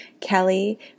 Kelly